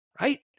right